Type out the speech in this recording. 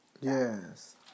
Yes